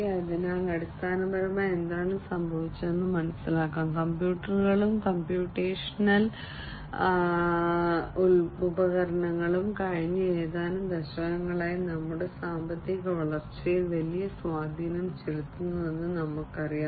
അതിനാൽ അടിസ്ഥാനപരമായി എന്താണ് സംഭവിച്ചത് കമ്പ്യൂട്ടറുകളും കമ്പ്യൂട്ടേഷണൽ ഉപകരണങ്ങളും കഴിഞ്ഞ ഏതാനും ദശകങ്ങളായി നമ്മുടെ സാമ്പത്തിക വളർച്ചയിൽ വലിയ സ്വാധീനം ചെലുത്തുന്നുവെന്ന് നമുക്കറിയാം